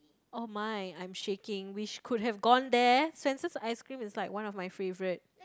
oh my I'm shaking we sh~ could have gone there Swensen's ice-cream is like one of my favourite